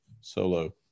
solo